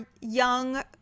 young